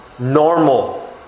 normal